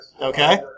Okay